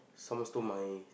someone stole my